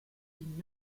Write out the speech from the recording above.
been